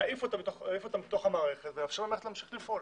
להעיף אותה מתוך המערכת ולאפשר למערכת להמשיך לפעול.